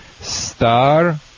Star